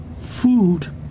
food